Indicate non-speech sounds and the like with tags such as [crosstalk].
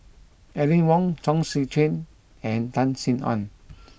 Aline Wong Chong Tze Chien and Tan Sin Aun [noise]